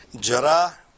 Jara